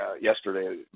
yesterday